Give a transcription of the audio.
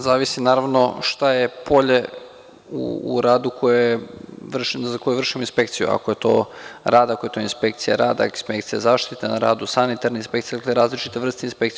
Zavisi, naravno šta je polje u radu za koji vršimo inspekciju, ako je to rad, ako je to inspekcija rada, inspekcija zaštite na radu, sanitarna inspekcija, dakle, različite vrste inspekcija.